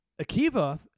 Akiva